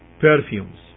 perfumes